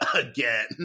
again